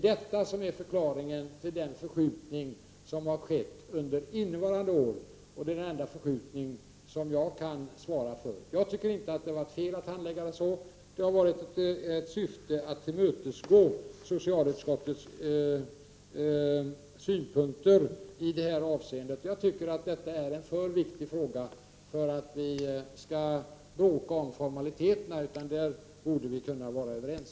Detta är förklaringen till den förskjutning som har skett under innevarande år, och det är den enda förskjutning som jag kan svara för. Jag tycker inte att det är fel att handlägga ärendet på det sätt som skett. Syftet har varit att tillmötesgå socialutskottets synpunkter i det här avseendet. Jag anser att detta är en alltför viktig fråga för att vi skall bråka om formaliteterna, utan där borde vi kunna vara överens.